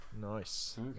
Nice